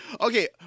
Okay